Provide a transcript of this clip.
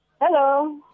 Hello